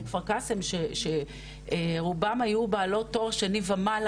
בכפר קאסם שרובן היו בעלות תואר שני ומעלה,